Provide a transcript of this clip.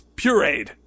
pureed